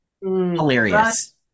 hilarious